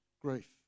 grief